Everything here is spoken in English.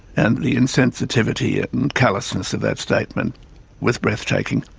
and the insensitivity and callousness of that statement was breathtaking.